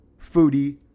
foodie